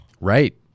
right